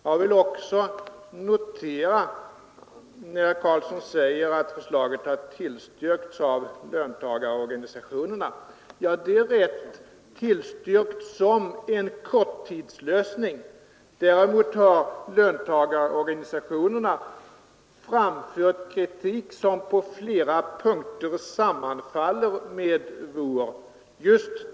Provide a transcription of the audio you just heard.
Jag vill också notera, när herr Karlsson säger att förslaget har tillstyrkts av löntagarorganisationerna, att det är tillstyrkt som en korttidslösning. Däremot har löntagarorganisationerna framfört kritik som på flera punkter sammanfaller med vår.